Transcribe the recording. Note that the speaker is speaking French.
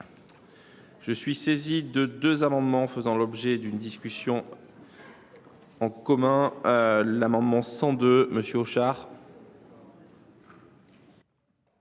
Je suis saisi de deux amendements faisant l’objet d’une discussion commune. L’amendement n° II 908,